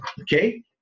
Okay